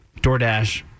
DoorDash